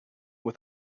with